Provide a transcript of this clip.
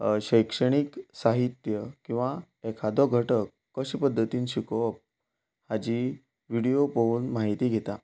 शैक्षणीक साहित्य किंवां एखादो घटक कशें पद्दतीन शिकोवप हाजी व्हिडियो पळोवन म्हायती घेता